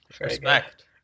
respect